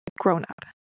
grown-up